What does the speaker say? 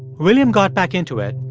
william got back into it,